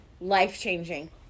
life-changing